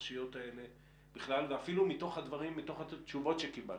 מהפרשיות האלה בכלל ואפילו מתוך התשובות שקיבלתם,